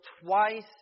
twice